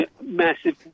Massive